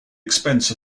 expense